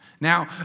Now